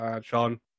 Sean